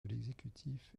l’exécutif